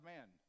Man